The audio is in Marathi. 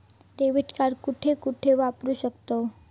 डेबिट कार्ड कुठे कुठे वापरू शकतव?